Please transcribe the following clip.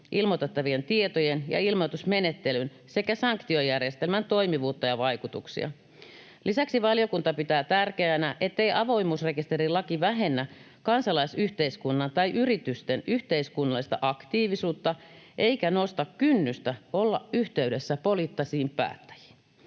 ilmoitettavien tietojen ja ilmoitusmenettelyn sekä sanktiojärjestelmän toimivuutta ja vaikutuksia. Lisäksi valiokunta pitää tärkeänä, ettei avoimuusrekisterilaki vähennä kansalaisyhteiskunnan tai yritysten yhteiskunnallista aktiivisuutta eikä nosta kynnystä olla yhteydessä poliittisiin päättäjiin.